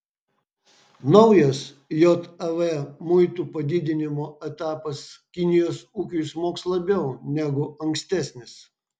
naujas jav muitų padidinimo etapas kinijos ūkiui smogs labiau negu ankstesnis